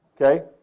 Okay